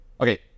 Okay